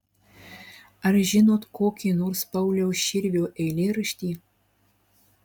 ar žinot kokį nors pauliaus širvio eilėraštį